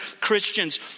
Christians